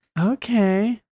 Okay